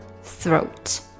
throat